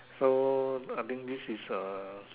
so I think this is a